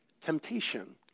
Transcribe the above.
temptation